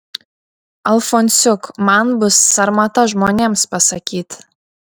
alfonsiuk man bus sarmata žmonėms pasakyt